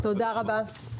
תודה רבה.